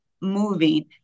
moving